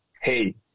Hey